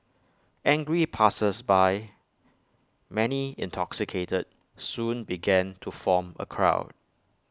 angry passersby many intoxicated soon began to form A crowd